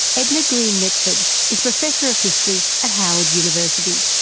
edna greene medford is professor of history at howard university.